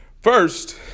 First